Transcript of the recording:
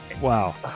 Wow